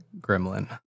Gremlin